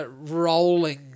rolling